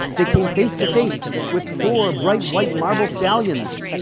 they came face-to-face with four, bright white marble stallions.